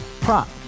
Prop